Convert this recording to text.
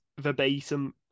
verbatim